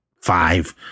five